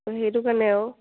সেইটো কাৰণে আৰু